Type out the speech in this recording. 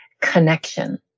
connection